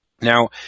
Now